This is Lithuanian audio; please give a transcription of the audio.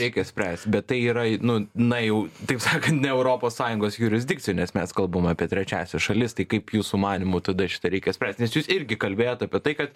reikia išspręsti bet tai yra į nu na jau taip sakant ne europos sąjungos jurisdikcijoj nes mes kalbam apie trečiąsias šalis tai kaip jūsų manymu tada šitą reikia išspręsti nes čia jūs irgi kalbėjot apie tai kad